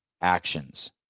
actions